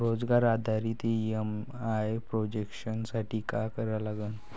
रोजगार आधारित EMI projection साठी का करा लागन?